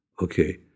okay